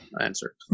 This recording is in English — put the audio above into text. answer